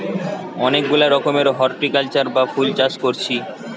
অনেক গুলা রকমের হরটিকালচার বা ফুল চাষ কোরছি